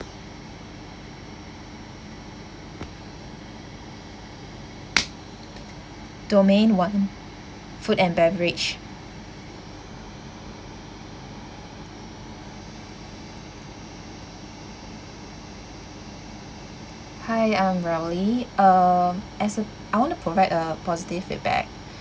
domain one food and beverage hi I'm riley um as a I want to provide a positive feedback